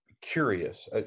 curious